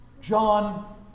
John